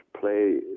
play